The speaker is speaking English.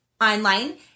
online